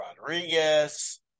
Rodriguez